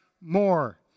more